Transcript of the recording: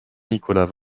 nicolas